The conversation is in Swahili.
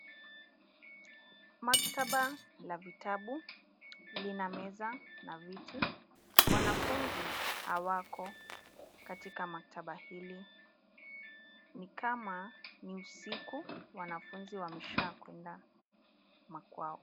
Maktaba la vitabu. Lina meza na viti. Wanafunzi hawako katika maktaba hili. Ni kama ni usiku wanafunzi wamesha kuenda makwao.